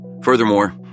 Furthermore